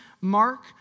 Mark